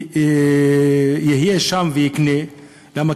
יהיה שם ויקנה, למה?